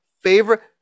favorite